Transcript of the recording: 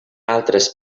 altres